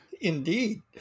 Indeed